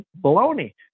Baloney